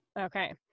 Okay